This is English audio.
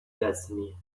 destiny